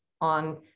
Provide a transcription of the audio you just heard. on